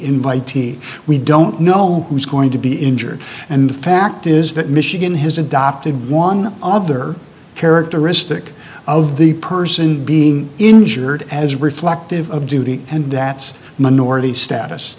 invitee we don't know who is going to be injured and the fact is that michigan has adopted one other characteristic of the person being injured as reflective of duty and that's minority status